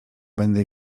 będę